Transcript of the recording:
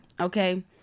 okay